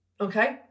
Okay